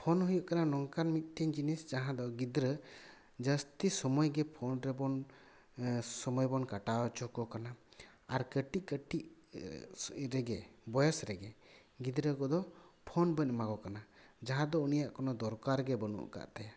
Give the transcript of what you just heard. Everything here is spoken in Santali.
ᱯᱷᱳᱱ ᱦᱩᱭᱩᱜ ᱠᱟᱱᱟ ᱱᱚᱝᱠᱟᱱ ᱢᱤᱫᱴᱮᱱ ᱡᱤᱱᱤᱥ ᱡᱟᱦᱟᱸᱫᱚ ᱜᱤᱫᱽᱨᱟᱹ ᱡᱟᱹᱥᱛᱤ ᱥᱚᱢᱚᱭ ᱜᱮ ᱯᱷᱳᱱ ᱨᱮᱵᱚᱱ ᱥᱚᱢᱚᱭ ᱵᱚᱱ ᱠᱟᱴᱟᱣ ᱦᱚᱪᱚ ᱟᱠᱚ ᱠᱟᱱᱟ ᱟᱨ ᱠᱟᱹᱴᱤᱡ ᱠᱟᱹᱴᱤᱡ ᱨᱮᱜᱮ ᱵᱚᱭᱮᱥ ᱨᱮᱜᱮ ᱜᱤᱫᱽᱨᱟᱹ ᱠᱚᱫᱚ ᱯᱷᱳᱱ ᱵᱚᱱ ᱮᱢᱟ ᱠᱚ ᱠᱟᱱᱟ ᱡᱟᱦᱟᱸᱫᱚ ᱩᱱᱤᱭᱟᱜ ᱠᱚᱱᱚ ᱫᱚᱨᱠᱟᱨ ᱜᱮ ᱵᱟᱹᱱᱩᱜ ᱟᱠᱟᱫᱼᱛᱟᱭᱟ